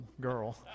girl